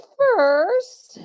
first